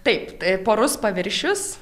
taip tai porus paviršius